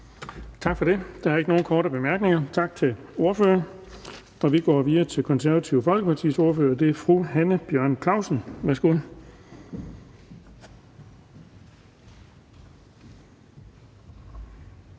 Tak for det. Der er ikke nogen korte bemærkninger. Tak til ordføreren. Vi går videre til Det Konservative Folkepartis ordfører, og det er fru Hanne Bjørn-Klausen. Værsgo.